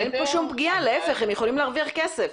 אין פה שום פגיעה, להיפך, הם יכולים להרוויח כסף.